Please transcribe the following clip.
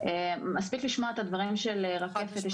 מספיק לשמוע את הדברים של רקפת.